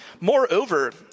Moreover